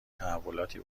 تحولاتی